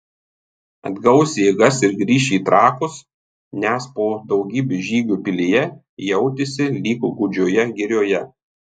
atgaus jėgas ir grįš į trakus nes po daugybės žygių pilyje jautėsi lyg gūdžioje girioje